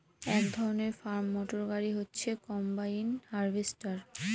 এক ধরনের farm motor গাড়ি হচ্ছে কম্বাইন হার্ভেস্টর